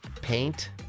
paint